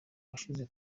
washize